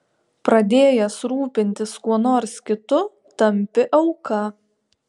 pradėjęs rūpintis kuo nors kitu tampi auka